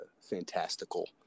fantastical